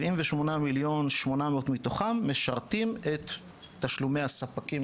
78.8 מתוכם משרתים את תשלומי הספקים,